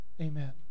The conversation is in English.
Amen